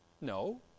No